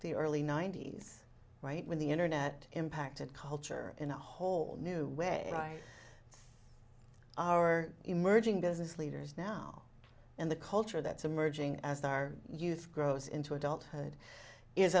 the early ninety's right when the internet impacted culture in a whole new way right our emerging business leaders now and the culture that's emerging as our youth grows into adulthood is